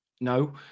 No